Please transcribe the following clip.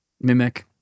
mimic